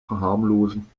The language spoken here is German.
verharmlosen